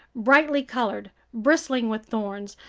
brightly colored, bristling with thorns,